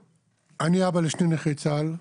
אני אבא לשני נכי צה"ל,